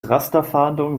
rasterfahndung